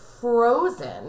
frozen